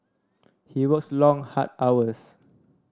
he works long hard hours